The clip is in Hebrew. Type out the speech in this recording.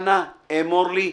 אנא אמור לי,